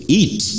eat